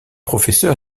professeur